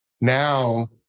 now